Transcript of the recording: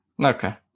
Okay